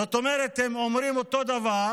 זאת אומרת, הם אומרים אותו דבר